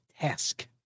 Task